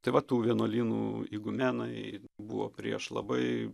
tai va tų vienuolynų igumenai buvo prieš labai